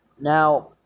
now